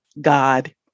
God